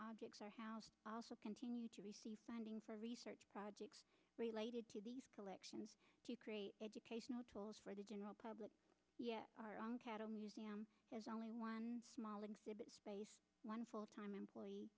objects our house will continue to receive funding for research projects related to these collections to create educational tools for the general public yet our own cattle museum has only one small exhibit space one full time employee